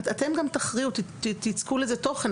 אתם גם תכריעו ותיצקו לזה תוכן.